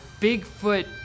Bigfoot